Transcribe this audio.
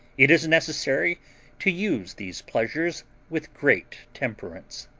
it is necessary to use these pleasures with great temperance.